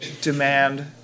demand